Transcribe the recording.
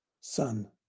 Son